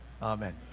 Amen